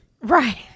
Right